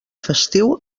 festiu